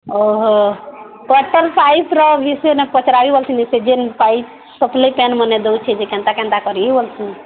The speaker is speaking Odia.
ଓହୋ କଟନ୍ ସାଇଜ୍ର ପଚାରାଇ ବୋଲି ଥିଲି ସେ ଜିନ୍ ସାଇଜ୍ ପତ୍ଲି କେନ୍ ମାନେ ଦଉଛି ଯେ କେନ୍ତା କେନ୍ତା କରି ବୋଲୁଛନ୍